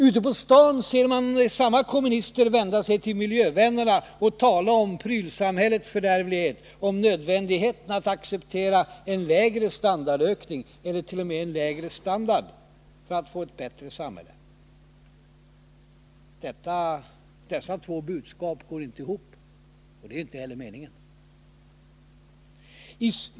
Ute på stan ser man samma kommunister vända sig till miljövännerna och tala om prylsamhällets fördärvlighet samt om det nödvändiga i att vi accepterar en lägre standardökning eller t.o.m. en lägre standard för att få ett bättre samhälle. Dessa båda budskap går inte ihop, men det är inte heller meningen.